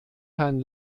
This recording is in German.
herrn